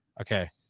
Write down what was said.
Okay